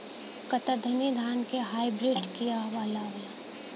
कतरनी धान क hybrid बिया आवेला का?